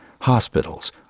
hospitals